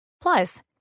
Plus